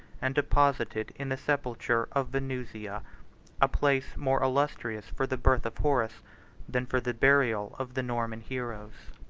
and deposited in the sepulchre of venusia, a place more illustrious for the birth of horace than for the burial of the norman heroes.